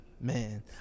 Man